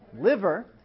liver